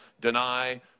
deny